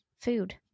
food